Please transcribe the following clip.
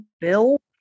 bill